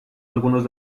algunos